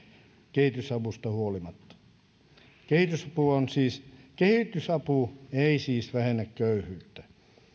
kehitysavusta huolimatta kehitysapu ei siis vähennä köyhyyttä